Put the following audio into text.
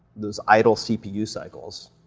those idle cpu cycles,